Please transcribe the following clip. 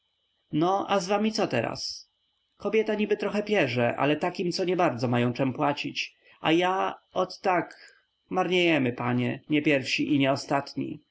no a z wami co teraz kobieta niby trochę pierze ale takim co nie bardzo mają czem płacić a ja ot tak marniejemy panie nie pierwsi i nie ostatni